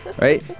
Right